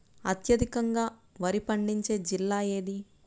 అత్యధికంగా వరి పండించే జిల్లా ఏది?